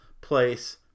place